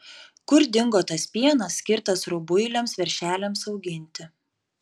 kur dingo tas pienas skirtas rubuiliams veršeliams auginti